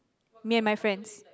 me and my friends